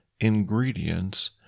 ingredients